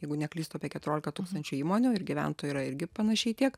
jeigu neklystu apie keturiolika tūkstančių įmonių ir gyventojų yra irgi panašiai tiek